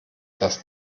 dass